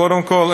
קודם כול,